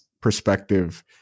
perspective